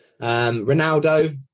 Ronaldo